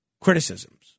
criticisms